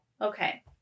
okay